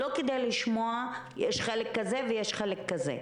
לא כדי לשמוע שיש חלק כזה ויש חלק כזה.